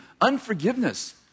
unforgiveness